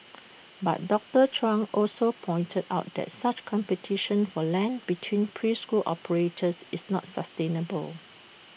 but doctor chung also pointed out that such competition for land between preschool operators is not sustainable